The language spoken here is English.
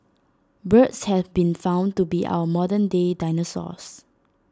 birds have been found to be our modern day dinosaurs